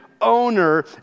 owner